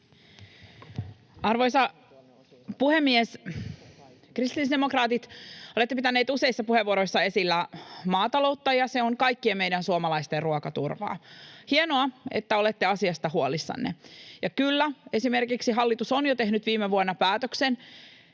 Arvoisa puhemies! Kristillisdemokraatit, olette pitäneet useissa puheenvuoroissa esillä maataloutta, ja se on kaikkien meidän suomalaisten ruokaturvaa. Hienoa, että olette asiasta huolissanne. Ja kyllä, hallitus on esimerkiksi tehnyt jo viime vuonna päätöksen,